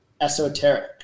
esoteric